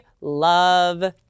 love